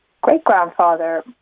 great-grandfather